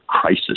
crisis